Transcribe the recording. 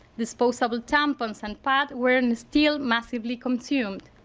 disposable tampons and pads were and still massively consumed.